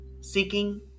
seeking